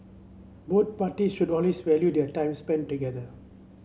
both parties should always value their time spent together